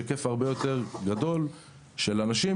יש היקף הרבה יותר גדול של אנשים